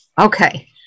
okay